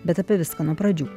bet apie viską nuo pradžių